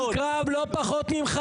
אני לא צד ואני מציע לכולם,